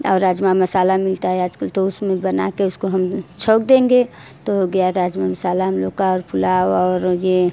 और राजमा मसाला मिलता है आजकल तो उसमें बना कर उसको हम छौंक देंगे तो हो गया राजमा मसाला हम लोग का और पुलाव और यह